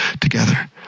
together